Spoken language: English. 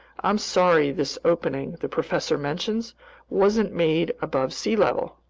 i'm sorry this opening the professor mentions wasn't made above sea level.